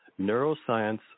Neuroscience